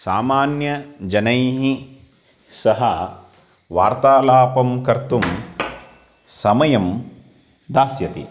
सामान्यजनैः सह वार्तालापं कर्तुं समयं दास्यति